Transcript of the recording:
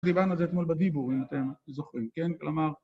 ‫דיברנו על זה אתמול בדיבור, ‫אם אתם זוכרים, כן? כלומר...